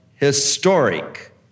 Historic